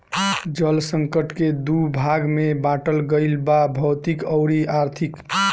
जल संकट के दू भाग में बाटल गईल बा भौतिक अउरी आर्थिक